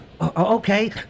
okay